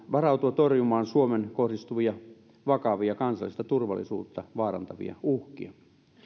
varautua torjumaan suomeen kohdistuvia vakavia kansallista turvallisuutta vaarantavia uhkia